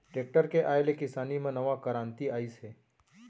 tractor के आए ले किसानी म नवा करांति आइस हे